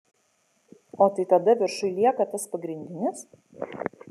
o tai tada viršuj lieka tas pagrindinis